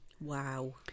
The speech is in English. Wow